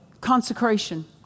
consecration